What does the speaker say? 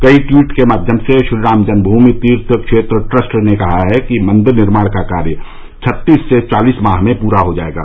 कई टवीट के माध्यम से श्रीराम जन्मभूमि तीर्थ क्षेत्र ट्रस्ट ने कहा है कि मंदिर निर्माण का कार्य छत्तीस से चालिस माह में पूरा होगा